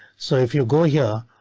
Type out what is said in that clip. so if you go here.